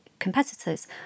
competitors